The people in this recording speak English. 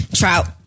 trout